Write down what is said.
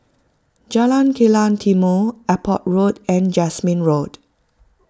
Jalan Kilang Timor Airport Road and Jasmine Road